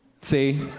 See